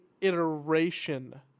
iteration